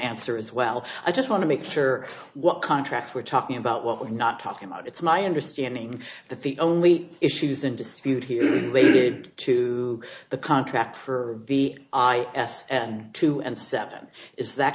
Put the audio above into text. swer as well i just want to make sure what contracts we're talking about what we're not talking about it's my understanding that the only issues in dispute here waited to the contract for the i s two and seven is that